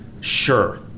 Sure